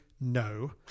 No